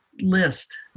List